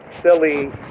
silly